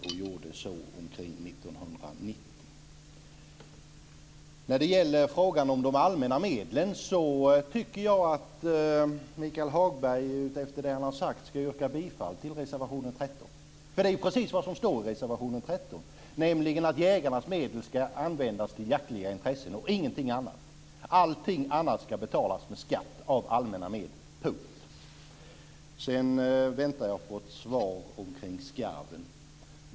Det skedde omkring När det gäller frågan om allmänna medel, tycker jag att Michael Hagberg med tanke på vad han har sagt ska yrka bifall till reservation 13. I reservation 13 står det att jägarnas medel ska användas för jaktliga intressen och ingenting annat. Allt annat ska betalas med skatt av allmänna medel. Jag väntar på ett svar om skarven.